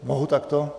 Mohu takto?